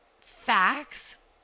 facts